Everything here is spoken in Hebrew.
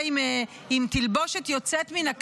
-- הנחשק, אחד שבא עם תלבושת יוצאת מהכלל.